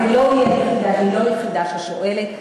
היא לא היחידה ששואלת.